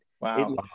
Wow